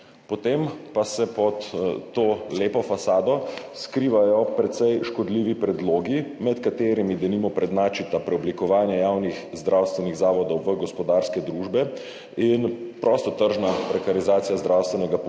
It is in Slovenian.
potem pa se pod to lepo fasado skrivajo precej škodljivi predlogi, med katerimi denimo prednjačita preoblikovanje javnih zdravstvenih zavodov v gospodarske družbe in prostotržna prekarizacija zdravstvenega poklica,